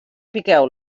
piqueu